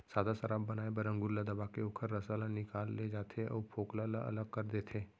सादा सराब बनाए बर अंगुर ल दबाके ओखर रसा ल निकाल ले जाथे अउ फोकला ल अलग कर देथे